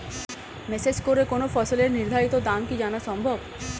Message করে কোন ফসলের নির্ধারিত দাম কি জানা সম্ভব?